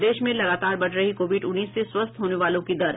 प्रदेश में लगतार बढ़ रही है कोविड उन्नीस से स्वस्थ होने वालों की दर